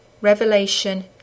Revelation